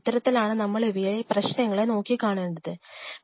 ഇത്തരത്തിലാണ് നമ്മൾ ഇവയിലെ പ്രശ്നങ്ങളെ നോക്കിക്കാണേണ്ടത്